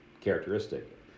characteristic